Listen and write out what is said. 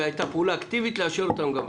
והייתה פעולה אקטיבית להשאיר אותם גם השנה.